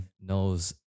knows